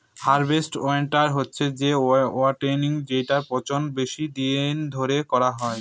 harvest wine হচ্ছে সে wine যেটার পচন বেশি দিন ধরে করা হয়